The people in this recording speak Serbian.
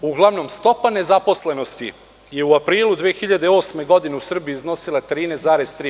Uglavnom, stopa nezaposlenosti je u aprilu 2008. godine u Srbiji iznosila 13,3%